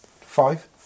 Five